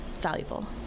valuable